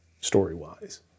story-wise